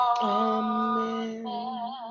Amen